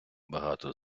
багато